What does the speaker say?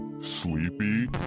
sleepy